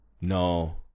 No